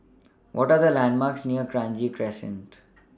What Are The landmarks near Kranji Crescent